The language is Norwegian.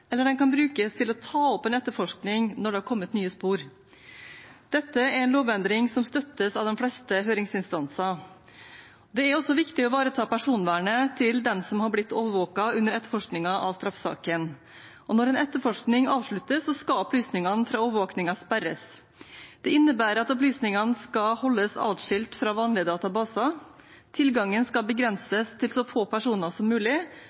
eller til å ta opp en etterforskning når det har kommet nye spor. Dette er en lovendring som støttes av de fleste høringsinstanser. Det er også viktig å ivareta personvernet til den som har blitt overvåket under etterforskningen av straffesaken, og når en etterforskning avsluttes, skal opplysningene fra overvåkningen sperres. Det innebærer at opplysningene skal holdes atskilt fra vanlige databaser, tilgangen skal begrenses til så få personer som mulig,